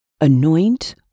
anoint